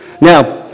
Now